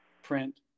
print